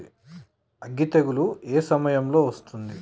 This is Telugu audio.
అగ్గి తెగులు ఏ సమయం లో వస్తుంది?